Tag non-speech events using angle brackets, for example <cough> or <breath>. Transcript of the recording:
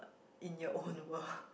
in your own world <breath>